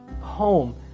home